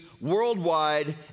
worldwide